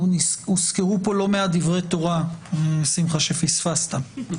הוזכרו פה לא מעט דברי תורה, שמחה, פספסת.